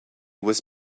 was